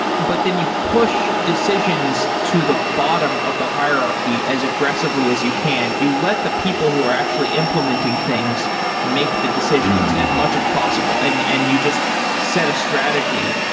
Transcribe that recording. but then you push decisions to the bottom of the hierarchy as aggressively as you can. you let the people who are actually implementing things make the decisions as much as possible and and you just set a strategy.